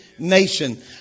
nation